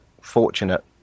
fortunate